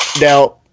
Now